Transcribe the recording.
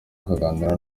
akaganira